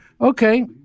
Okay